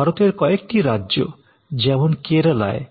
ভারতের কয়েকটি রাজ্য যেমন কেরালায়